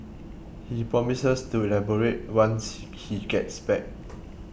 he promises to elaborate once he gets back